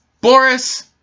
Boris